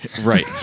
Right